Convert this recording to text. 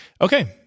Okay